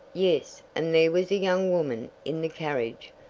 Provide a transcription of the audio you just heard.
yes, and there was a young woman in the carriage.